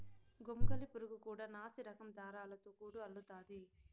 గొంగళి పురుగు కూడా నాసిరకం దారాలతో గూడు అల్లుతాది